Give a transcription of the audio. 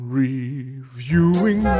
reviewing